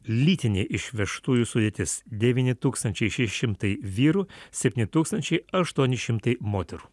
lytinė išvežtųjų sudėtis devyni tūkstančiai šeši šimtai vyrų septyni tūkstančiai aštuoni šimtai moterų